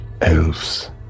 Elves